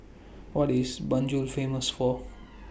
What IS Banjul Famous For